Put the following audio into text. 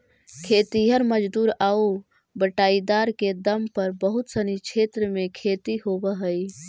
खेतिहर मजदूर आउ बटाईदार के दम पर बहुत सनी क्षेत्र में खेती होवऽ हइ